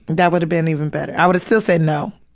that would've been even better. i would've still said no.